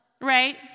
right